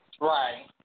Right